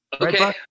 Okay